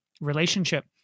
relationship